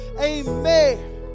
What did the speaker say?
Amen